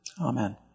amen